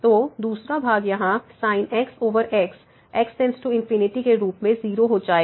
तो दूसरा भाग यहाँ sin x xx→∞ के रूप में 0हो जाएगा